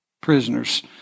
prisoners